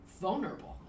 vulnerable